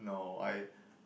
no I